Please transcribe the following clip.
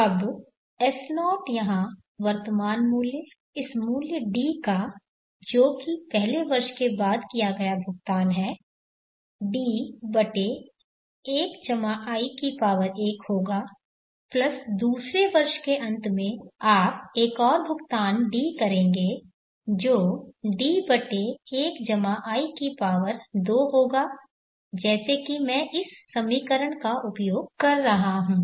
अब S0 यहाँ वर्तमान मूल्य इस मूल्य D का जो कि पहले वर्ष के बाद किया गया भुगतान है D1i1 होगा प्लस दूसरे वर्ष के अंत में आप एक और भुगतान D करेंगे जो D1i2 होगा जैसे की मैं इस समीकरण का उपयोग कर रहा हूँ